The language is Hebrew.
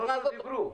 החברות דיברו.